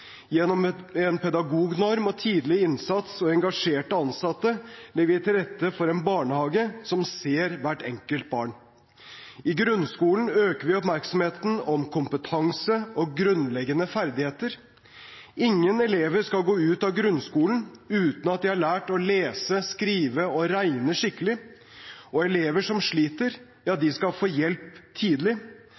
Gjennom en pedagognorm, tidlig innsats og engasjerte ansatte legger vi til rette for en barnehage som ser hvert enkelt barn. I grunnskolen øker vi oppmerksomheten om kompetanse og grunnleggende ferdigheter. Ingen elever skal gå ut av grunnskolen uten at de har lært å lese, skrive og regne skikkelig, og elever som sliter, skal få hjelp tidlig.